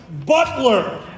butler